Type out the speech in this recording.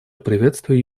приветствую